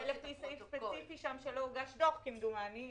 זה לפי ספציפי שם שלא הוגש דוח, כמדומני.